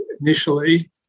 initially